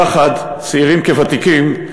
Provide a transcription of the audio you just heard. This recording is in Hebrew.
יחד, צעירים כוותיקים,